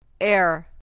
air